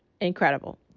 incredible